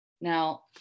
Now